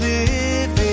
Living